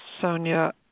Sonia